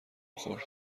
خورد